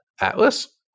Atlas